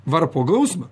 varpo gausmą